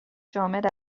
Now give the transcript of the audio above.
جامد